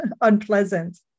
Unpleasant